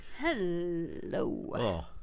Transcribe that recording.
Hello